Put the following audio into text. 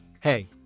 Hey